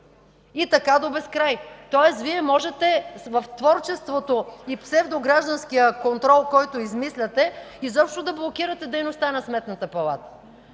и така – до безкрай! Следователно Вие можете в творчеството и псевдогражданския контрол, който измисляте, изобщо да блокирате дейността на Сметната палата.